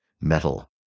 metal